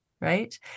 right